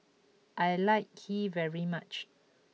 I like Kheer very much